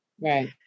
Right